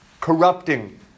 corrupting